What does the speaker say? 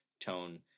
tone